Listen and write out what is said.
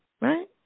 Right